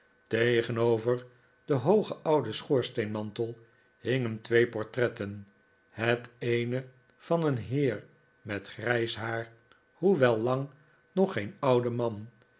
tegenover den hoogen ouden schoorsteenmantel hingen twee portretten het eene van een heer met grijs haar hoewel lang nog geen oude man